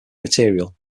material